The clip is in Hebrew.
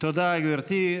תודה, גברתי.